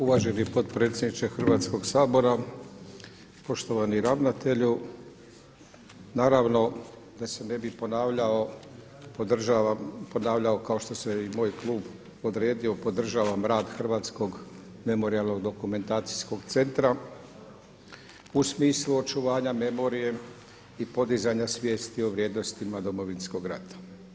Uvaženi potpredsjedniče Hrvatskog sabora, poštovani ravnatelju naravno da se ne bih ponavljao kao što se i moj klub podredio podržavam rad Hrvatskog memorijalno-dokumentacijskog centra u smislu očuvanja memorije i podizanja svijesti o vrijednostima Domovinskog rata.